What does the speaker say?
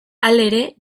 halere